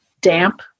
damp